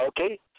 okay